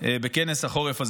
בכנס החורף הזה.